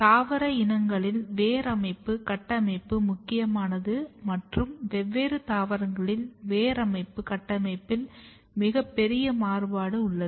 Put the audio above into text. தாவர இனங்களில் வேர் அமைப்பு கட்டமைப்பு முக்கியமானது மற்றும் வெவ்வேறு தாவரங்களில் வேர் அமைப்பு கட்டமைப்பில் மிகப்பெரிய மாறுபாடு உள்ளது